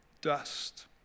dust